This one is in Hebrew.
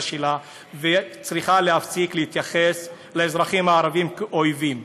שלה וצריכה להפסיק להתייחס לאזרחים הערבים כאויבים.